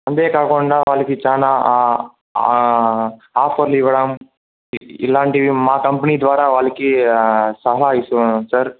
అంతేకాకుండా వాళ్ళకి చాలా ఆఫర్లివ్వడం ఇలాంటివి మా కంపెనీ ద్వారా వాళ్ళకి చాలా ఇస్తున్నాం సార్